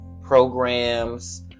Programs